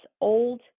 old